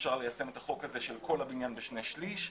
אפשר ליישם את החוק הזה של כל הבניין בשני שלישי,